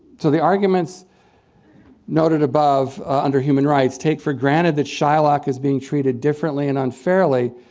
to the arguments noted above under human rights, take for granted that shylock is being treated differently and unfairly,